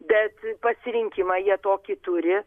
bet pasirinkimą jie tokį turi